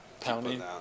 pounding